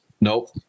Nope